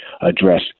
address